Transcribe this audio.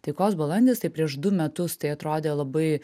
taikos balandis tai prieš du metus tai atrodė labai